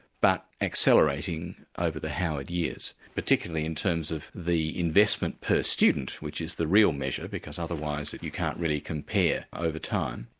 but accelerating over the howard years particularly in terms of the investment per student which is the real measure, because otherwise you can't really compare over time.